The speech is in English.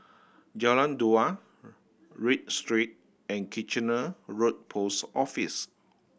Jalan Dua Read Street and Kitchener Road Post Office